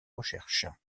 recherche